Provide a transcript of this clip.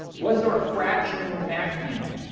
was there a fracturing when mac came out?